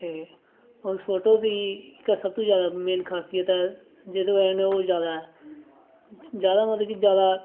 ते उस फोटू दी जेह्का सबतूं जैदा मेन खासियत ऐ जेह्दी बजह् कन्नै जैदा मतलब कि जैदा